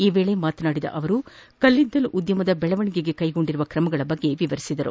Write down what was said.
ಈ ವೇಳೆ ಮಾತನಾಡಿದ ಅವರು ಕಲ್ಲಿದ್ದಲು ಉದ್ದಮದ ಬೆಳವಣಿಗೆಗೆ ಕ್ಲೆಗೊಂಡಿರುವ ಕ್ರಮಗಳ ಬಗ್ಗೆ ವಿವರಿಸಿದರು